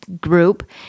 group